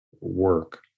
work